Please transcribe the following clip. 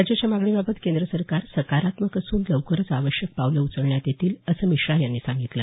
राज्याच्या मागणीबाबत केंद्र सरकार सकारात्मक असून लवकरच आवश्यक पावलं उचलण्यात येतील असं मिश्रा यांनी सांगितलं